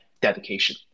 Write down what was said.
dedication